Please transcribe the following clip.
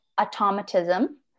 automatism